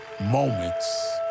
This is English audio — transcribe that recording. moments